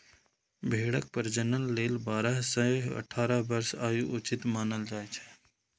भेड़क प्रजनन लेल बारह सं अठारह वर्षक आयु उचित मानल जाइ छै